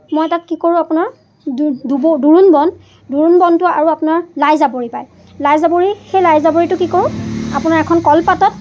মই তাত কি কৰোঁ আপোনাৰ দোৰোণ বন দোৰোণ বনটো আৰু আপোনাৰ লাই জাবৰি পায় লাই জাবৰি সেই লাই জাবৰিটো কি কৰোঁ আপোনাৰ এখন কলপাতত